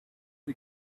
the